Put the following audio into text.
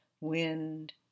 wind